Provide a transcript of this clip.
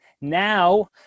Now